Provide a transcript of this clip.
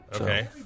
Okay